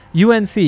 UNC